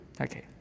Okay